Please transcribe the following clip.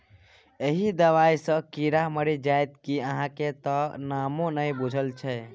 एहि दबाई सँ कीड़ा मरि जाइत कि अहाँक त नामो नहि बुझल छै